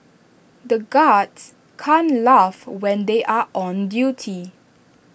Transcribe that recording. the guards can't laugh when they are on duty